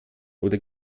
oder